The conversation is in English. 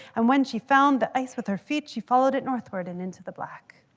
and when she found the ice with her feet, she followed it northward and into the black.